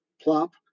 plop